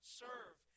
serve